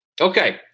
okay